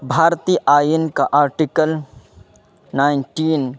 بھارتی آئ ین کا آرٹیکل نائنٹین